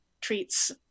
treats